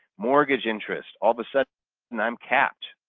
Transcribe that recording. mortgage interest, all of a sudden and i'm capped.